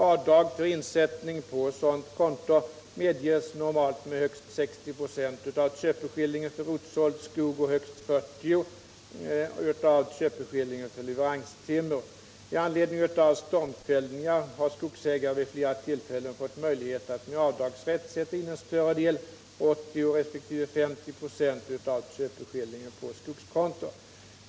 Avdrag för insättning på sådant konto medges normalt med högst 60 96 av köpeskillingen för rotsåld skog och högst 40 96 av köpeskillingen för leveranstimmer. I anledning av stormfällningar har skogsägare vid flera tillfällen fått möjlighet att med avdragsrätt sätta in en större del, 80 96 resp. 50 96, av köpeskillingen på skogskonto.